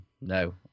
No